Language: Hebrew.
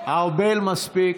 ארבל, מספיק.